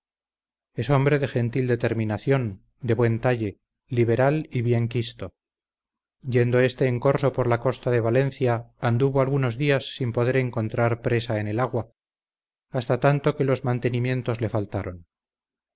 hombre de gentil determinación de buen talle liberal y bien quisto yendo este en corso por la costa de valencia anduvo algunos días sin poder encontrar presa en el agua hasta tanto que los mantenimientos le faltaron